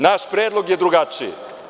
Naš predlog je drugačiji.